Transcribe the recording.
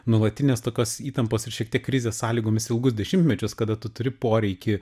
nuolatinės tokios įtampos ir šiek tiek krizės sąlygomis ilgus dešimtmečius kada tu turi poreikį